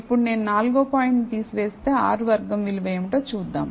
ఇప్పుడు నేను నాల్గవ పాయింట్ తీసివేస్తే R వర్గం విలువ ఏమిటో చూద్దాం